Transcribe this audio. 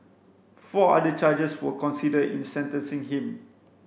four other charges were considered in sentencing him